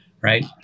Right